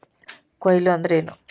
ಕೊಯ್ಲು ಅಂದ್ರ ಏನ್?